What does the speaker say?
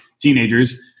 teenagers